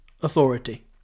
authority